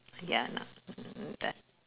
ya not mm that